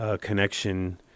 connection